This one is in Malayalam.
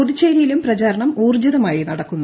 പുതുച്ചേരിയിലും പ്രചാരണം ഊർജ്ജിതമായി നടക്കുന്നു